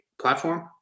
platform